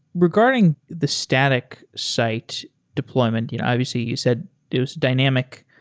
regarding the static side deployment, you know obviously you said it was dynamic.